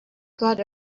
got